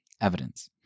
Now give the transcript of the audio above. evidence